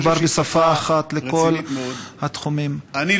מדובר בשפה אחת לכל התחומים.) אני,